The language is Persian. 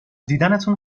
دیدنتون